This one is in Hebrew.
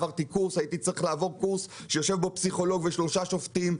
הייתי צריך לעבור קורס שיושב בו פסיכולוג ושלושה שופטים,